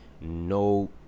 no